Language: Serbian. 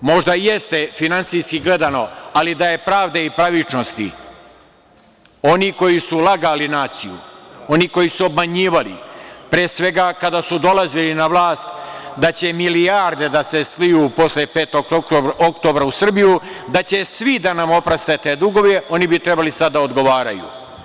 Možda jeste finansijski gledano, ali da je pravde i pravičnosti, oni koji su lagali naciju, oni koji su obmanjivali pre svega kada su dolazili na vlast da će milijarde da se sliju posle 5. oktobra u Srbiju, da će svi da nam oproste te dugove, oni bi sada trebali da odgovaraju.